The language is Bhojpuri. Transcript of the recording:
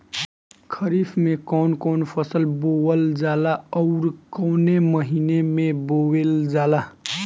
खरिफ में कौन कौं फसल बोवल जाला अउर काउने महीने में बोवेल जाला?